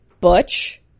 butch